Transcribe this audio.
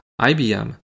IBM